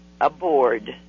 aboard